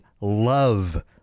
love